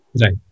Right